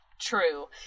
true